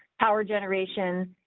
power generation.